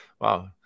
Wow